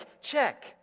check